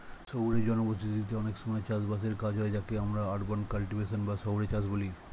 শহুরে জনবসতিতে অনেক সময় চাষ বাসের কাজ হয় যাকে আমরা আরবান কাল্টিভেশন বা শহুরে চাষ বলি